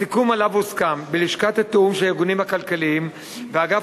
הסיכום שעליו הוסכם בלשכת התיאום של הארגונים הכלכליים ואגף